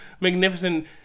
magnificent